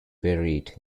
buried